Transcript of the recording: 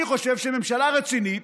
אני חושב שממשלה רצינית